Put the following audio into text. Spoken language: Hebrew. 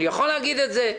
אני יכול להגיד את זה.